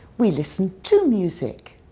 we listen to music.